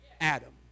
Adam